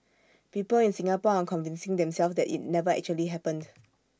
people in Singapore are convincing themselves that IT never actually happened